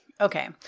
Okay